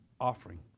offering